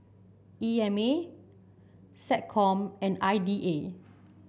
E M A SecCom and I D A